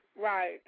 Right